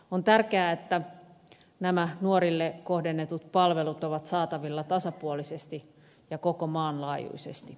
on tärkeää että nämä nuorille kohdennetut palvelut ovat saatavilla tasapuolisesti ja koko maan laajuisesti